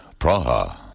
Praha